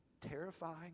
terrifying